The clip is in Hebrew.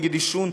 נגד עישון,